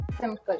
simple